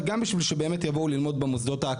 אם זה במעונות בשדרות,